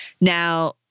Now